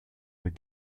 avec